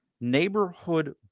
neighborhood